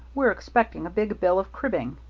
we're expecting a big bill of cribbing.